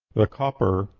the copper,